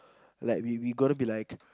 like we we gonna be like